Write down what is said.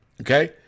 okay